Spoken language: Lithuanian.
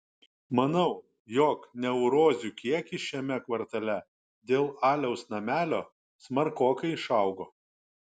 manau jog neurozių kiekis šiame kvartale dėl aliaus namelio smarkokai išaugo